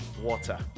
water